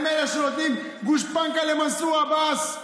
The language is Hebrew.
והם אלה שנותנים גושפנקה למנסור עבאס,